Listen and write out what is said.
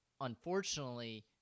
Unfortunately